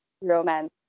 romance